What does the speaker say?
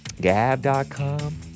gab.com